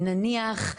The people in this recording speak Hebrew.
למשל נניח,